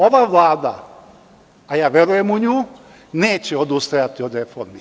Ova vlada, a ja verujem u nju, neće odustajati od reformi.